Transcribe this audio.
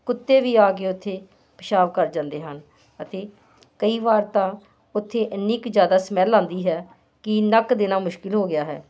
ਕੁੱਤੇ ਵੀ ਆ ਕੇ ਉੱਥੇ ਪਿਸ਼ਾਬ ਕਰ ਜਾਂਦੇ ਹਨ ਅਤੇ ਕਈ ਵਾਰ ਤਾਂ ਉੱਥੇ ਇੰਨੀ ਕੁ ਜ਼ਿਆਦਾ ਸਮੈਲ ਆਉਂਦੀ ਹੈ ਕਿ ਨੱਕ ਦੇਣਾ ਮੁਸ਼ਕਿਲ ਹੋ ਗਿਆ ਹੈ